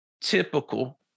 typical